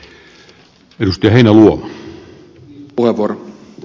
arvoisa puhemies